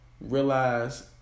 realize